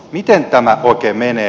miten tämä oikein menee